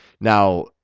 Now